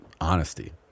honesty